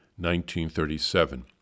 1937